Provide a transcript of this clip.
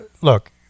look